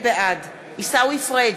בעד עיסאווי פריג'